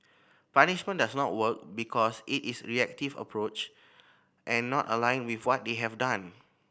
punishment does not work because it is reactive approach and not aligned with what they have done